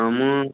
ହଁ ମୁଁ